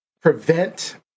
prevent